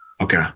okay